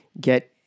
get